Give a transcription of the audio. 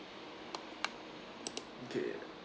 okay